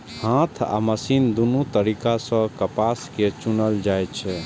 हाथ आ मशीन दुनू तरीका सं कपास कें चुनल जाइ छै